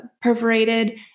perforated